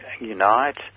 unite